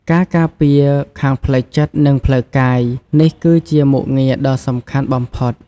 ការការពារខាងផ្លូវចិត្ត និងផ្លូវកាយ នេះគឺជាមុខងារដ៏សំខាន់បំផុត។